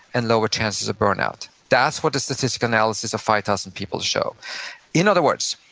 and lower chances of burnout. that's what the statistical analysis of five thousand people showed. in other words,